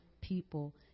people